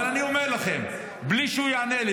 אבל אני אומר לכם בלי שהוא יענה לי,